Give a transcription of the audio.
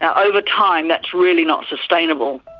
ah over time that's really not sustainable.